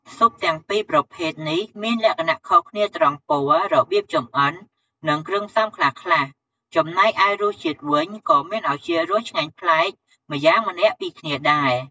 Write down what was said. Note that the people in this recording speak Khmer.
ស៊ុបទាំងប្រភេទពីរនេះមានលក្ខណៈខុសគ្នាត្រង់ ពណ៌ របៀបចម្អិន និងគ្រឿងផ្សំខ្លះៗ ចំណែកឯរសជាតិវិញក៏មានឱជារសឆ្ងាញ់ប្លែកម្យ៉ាងម្នាក់ពីគ្នាដែរ។